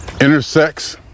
intersects